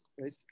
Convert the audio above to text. right